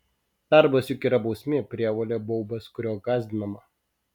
darbas juk yra bausmė prievolė baubas kuriuo gąsdinama